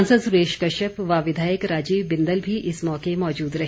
सांसद सुरेश कश्यप व विधायक राजीव बिंदल भी इस मौके मौजूद रहे